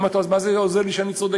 אמרתי לו: אז מה זה עוזר לי שאני צודק?